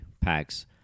Packs